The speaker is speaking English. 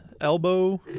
elbow